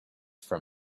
from